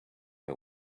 her